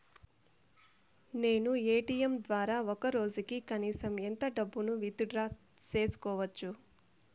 నేను ఎ.టి.ఎం ద్వారా ఒక రోజుకి కనీసం ఎంత డబ్బును విత్ డ్రా సేసుకోవచ్చు?